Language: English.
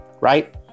right